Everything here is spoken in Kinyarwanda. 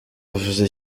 avuze